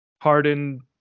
hardened